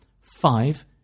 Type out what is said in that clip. Five